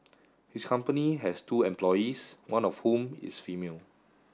his company has two employees one of whom is female